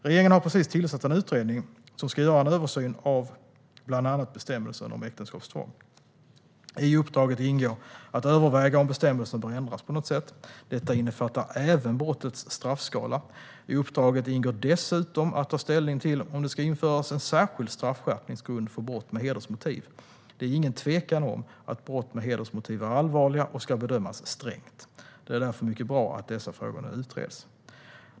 Regeringen har precis tillsatt en utredning som ska göra en översyn av bland annat bestämmelsen om äktenskapstvång. I uppdraget ingår att överväga om bestämmelsen bör ändras på något sätt. Detta innefattar även brottets straffskala. I uppdraget ingår dessutom att ta ställning till om det ska införas en särskild straffskärpningsgrund för brott med hedersmotiv. Det är ingen tvekan om att brott med hedersmotiv är allvarliga och ska bedömas strängt. Det är därför mycket bra att dessa frågor nu utreds.